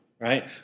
right